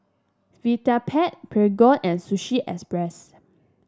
Vitapet Prego and Sushi Express